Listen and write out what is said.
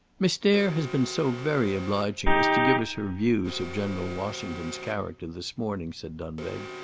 miss dare has been so very obliging as to give us her views of general washington's character this morning, said dunbeg,